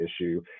issue